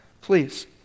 please